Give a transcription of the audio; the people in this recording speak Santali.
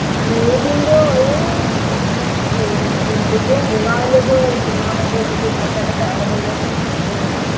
ᱥᱮᱫᱤᱱ ᱫᱚ ᱮᱭ ᱯᱚᱛᱷᱚᱢ ᱵᱚᱸᱜᱟ ᱦᱤᱞᱟᱹᱜ ᱫᱚ ᱵᱚᱸᱜᱟ ᱠᱟᱛᱮᱫ ᱛᱩᱯᱩ ᱯᱷᱟᱨᱪᱟ ᱠᱟᱛᱮᱫ ᱟᱞᱮᱫᱚᱞᱮ